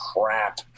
crap